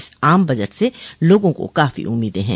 इस आम बजट से लोगों को काफी उम्मीदें हैं